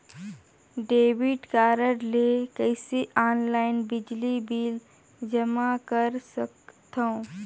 Debit card ले कइसे online बिजली बिल जमा कर सकथव?